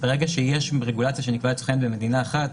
ברגע שיש רגולציה שנקבעת במדינה אחת,